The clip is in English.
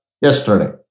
yesterday